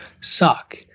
suck